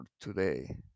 today